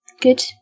good